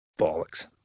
Bollocks